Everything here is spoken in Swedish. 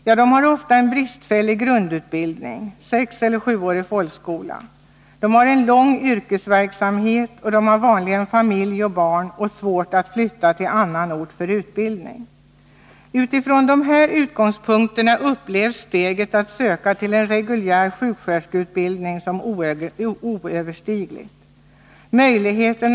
Ja, de har ofta en bristfällig grundutbildning — sexeller sjuårig folkskola —, de kan hänvisa till en lång yrkesverksamhet, de har vanligen familj och barn, och de har svårt att flytta till annan ort för utbildning. Utifrån dessa utgångspunkter upplevs steget att söka till en reguljär sjuksköterskeutbildning som oöverstigligt.